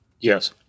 Yes